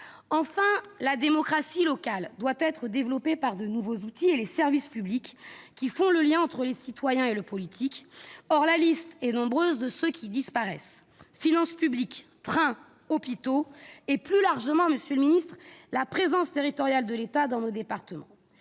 Enfin, la démocratie locale doit être développée par de nouveaux outils et les services publics qui font le lien entre les citoyens et le politique. Or la liste de ceux qui disparaissent est nombreuse : finances publiques, trains, hôpitaux, plus largement la présence territoriale de l'État dans nos départements.